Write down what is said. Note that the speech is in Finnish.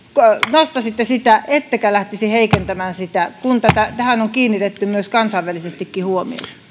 nostaisitte näitä ensisijaisia etuuksia ettekä lähtisi heikentämään niitä kun tähän on kiinnitetty myös kansainvälisesti huomiota